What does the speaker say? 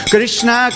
Krishna